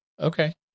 Okay